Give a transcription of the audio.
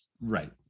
right